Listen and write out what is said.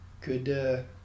good